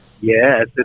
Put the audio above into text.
Yes